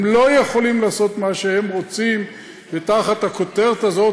הם לא יכולים לעשות מה שהם רוצים תחת הכותרת הזאת,